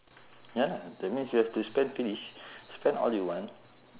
ya lah that means you have to spend finish spend all you want